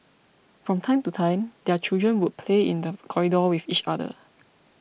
from time to time their children would play in the corridor with each other